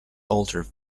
altered